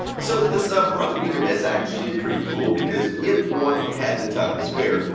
so, this ah brother unit is actually pretty cool because if one had the time to spare,